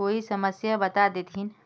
कोई समस्या बता देतहिन?